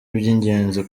iby’ingenzi